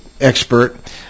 expert